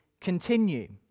continue